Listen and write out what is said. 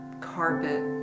carpet